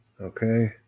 okay